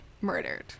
murdered